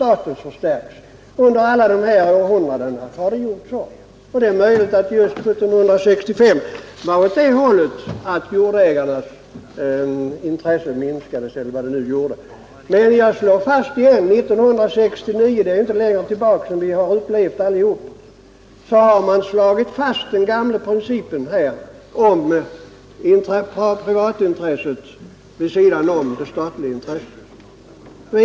Så har det varit under alla dessa århundraden. Det är möjligt att just 1765 jordägarnas rätt minskades — eller hur det nu var. Men jag upprepar att 1969 — det ligger inte längre tillbaka i tiden än att vi alla har upplevt det — slog man fast den gamla principen om privatintresset vid sidan av det statliga intresset.